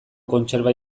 kontserba